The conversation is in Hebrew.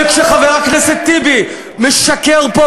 וכשחבר הכנסת טיבי משקר פה,